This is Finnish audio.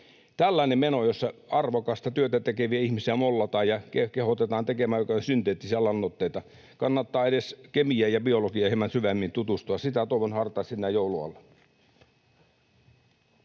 Tällainen meno, jossa arvokasta työtä tekeviä ihmisiä mollataan ja kehotetaan tekemään joitain synteettisiä lannoitteita — kannattaa edes kemiaan ja biologiaan hieman syvemmin tutustua. Sitä toivon hartaasti näin joulun alla.